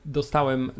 dostałem